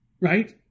Right